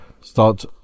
start